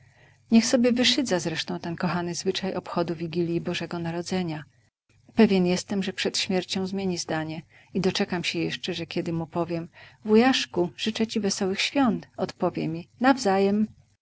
niech sobie wyszydza zresztą ten kochany zwyczaj obchodu wigilji bożego narodzenia pewien jestem że przed śmiercią zmieni zdanie i doczekam się jeszcze że kiedy mu powiem wujaszku życzę ci wesołych świąt odpowie mi nawzajem